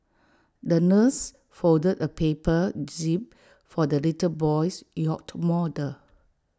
the nurse folded A paper jib for the little boy's yacht model